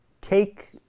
take